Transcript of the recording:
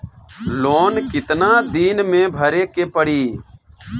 Loan कितना दिन मे भरे के पड़ी?